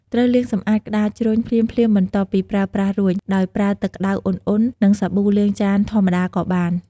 ត្រូវលាងសម្អាតក្ដារជ្រញ់ភ្លាមៗបន្ទាប់ពីប្រើប្រាស់រួច ដោយប្រើទឹកក្ដៅឧណ្ហៗ និងសាប៊ូលាងចានធម្មតាក៏បាន។